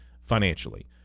financially